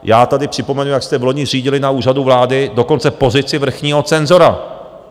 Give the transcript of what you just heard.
Já tady připomenu, jak jste vloni zřídili na Úřadu vlády dokonce pozici vrchního cenzora!